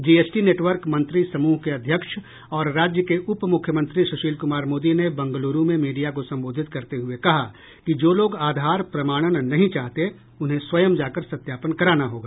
GST network मंत्री समूह के अध्यक्ष और राज्य के उपमुख्यमंत्री सुशील कुमार मोदी ने बंगलुरु में मीडिया को संबोधित करते हुए कहा कि जो लोग आधार प्रमाणन नहीं चाहते उन्हें स्वयं जाकर सत्यापन कराना होगा